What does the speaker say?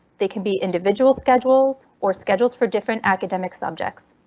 they can be individual schedules or schedules for different academic subjects.